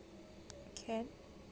can